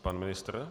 Pan ministr?